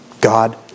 God